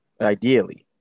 Ideally